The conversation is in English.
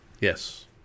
yes